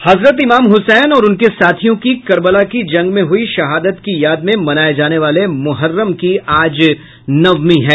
हजरत इमाम हुसैन और उनके साथियों की करबला की जंग में हुई शहादत की याद में मनाये जाने वाले मुहर्रम की आज नवमी है